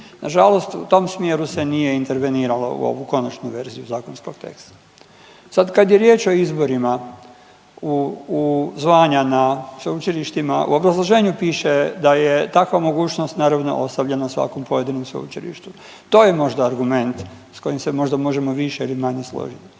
Na žalost u tom smjeru se nije interveniralo u ovu konačnu verziju zakonskog teksta. Sad kad je riječ o izborima u zvanja na sveučilištima u obrazloženju piše da je takva mogućnost naravno ostavljena svakom pojedinom sveučilištu. To je možda argument sa kojim se možda možemo više ili manje složiti.